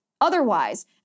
otherwise